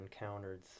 encountered